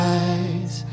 eyes